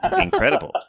incredible